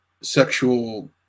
sexual